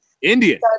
Indian